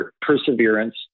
perseverance